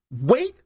Wait